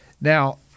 Now